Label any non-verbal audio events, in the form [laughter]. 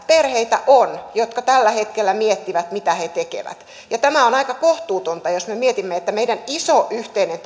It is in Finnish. perheitä on jotka tällä hetkellä miettivät mitä he tekevät ja tämä on aika kohtuutonta jos me mietimme että meidän iso yhteinen [unintelligible]